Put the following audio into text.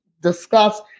discuss